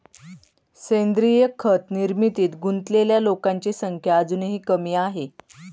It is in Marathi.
सेंद्रीय खत निर्मितीत गुंतलेल्या लोकांची संख्या अजूनही कमी आहे